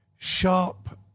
sharp